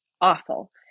awful